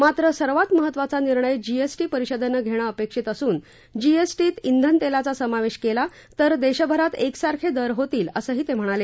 मात्र सर्वात महत्वाचा निर्णय जी एस टी परिषदेनं घेणं अपेक्षित असून जीएसटीत ब्रेनतेलाचा समावेश केला तर देशभरात एकसारखे दर होतील असंही ते म्हणाले